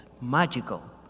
magical